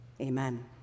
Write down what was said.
Amen